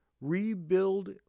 rebuild